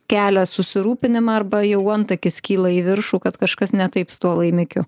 kelia susirūpinimą arba jau antakis kyla į viršų kad kažkas ne taip su tuo laimikiu